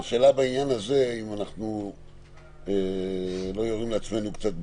השאלה בעניין אם אנחנו לא יורים לעצמנו קצת ברגל,